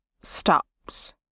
stops